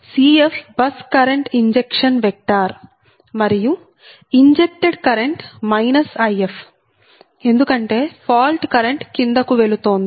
Cf bus current injection vector మరియు injected current If ఎందుకంటే fault current కిందకు వెళుతోంది